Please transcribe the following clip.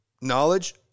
knowledge